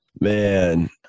Man